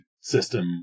system